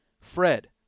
Fred